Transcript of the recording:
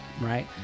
right